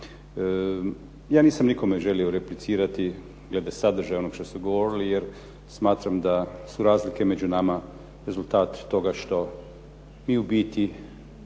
Ja nisam nikome želio replicirati glede sadržaja onog što su govorili, jer smatram da su razlike među nama rezultat toga što mi u biti